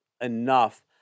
enough